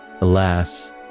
alas